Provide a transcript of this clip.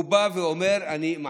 הוא בא ואומר: אני מעניש.